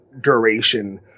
duration